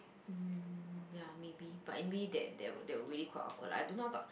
mm ya maybe but anyway that that that really quite awkward lah I don't know how to